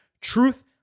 Truth